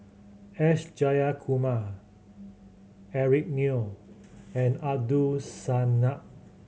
S Jayakumar Eric Neo and Abdul